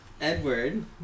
Edward